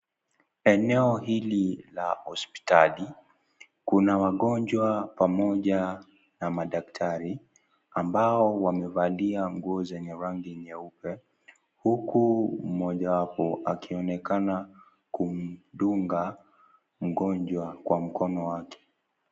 Eneo hili la hosipitali, kuna wagonjwa pamoja na madaktari, ambao wamevalia nguo zenye rangi nyeupe. Huku mojawapo, akionekana kumdunga mgonjwa kwa mkono wake.